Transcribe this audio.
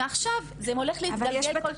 מעכשיו זה הולך להתגלגל.